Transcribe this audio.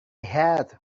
had